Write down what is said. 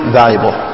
valuable